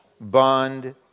bond